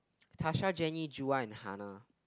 Tasha Jenny Joo A and Hana